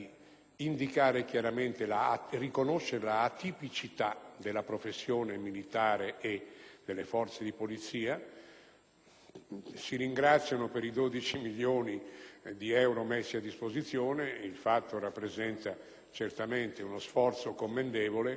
finanziario di riconoscere l'atipicità della professione militare e delle forze di polizia. Si ringrazia per i 12 milioni di euro a messi a disposizione. Ciò rappresenta certamente uno sforzo commendevole,